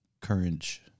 courage